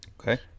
Okay